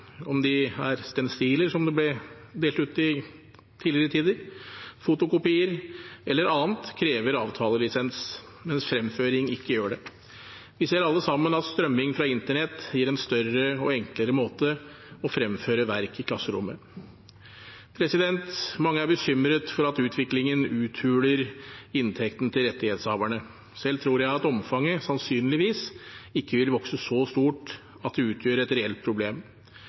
om de er stensiler, som ble delt ut i tidligere tider, fotokopier eller annet – mens fremføring ikke gjør det. Vi ser alle sammen at strømming fra internett gir en større og enklere måte å fremføre verk på i klasserommet. Mange er bekymret for at utviklingen uthuler inntekten til rettighetshaverne. Selv tror jeg at omfanget sannsynligvis ikke vil vokse seg så stort at det vil utgjøre et reelt problem.